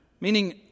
meaning